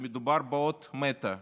שמדובר באות מתה,